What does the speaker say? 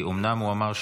כי אומנם הוא אמר,